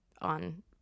on